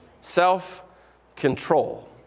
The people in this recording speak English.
Self-control